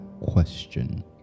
question